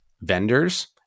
vendors